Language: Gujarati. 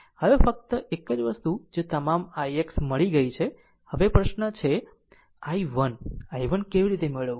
હવે ફક્ત એક જ વસ્તુ જે તમામ ix મળી ગઈ છે હવે પ્રશ્ન છે i 1 i1 કેવી રીતે મેળવવું